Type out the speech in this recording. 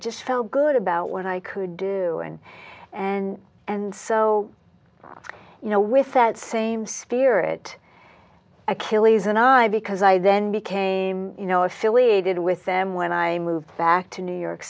just felt good about what i could do and and and so you know with that same spirit i killie's and i because i then became you know affiliated with them when i moved back to new york